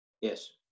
Yes